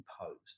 imposed